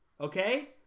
okay